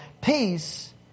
Peace